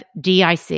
DIC